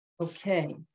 Okay